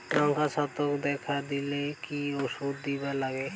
লঙ্কায় ছত্রাক দেখা দিলে কি ওষুধ দিবার লাগবে?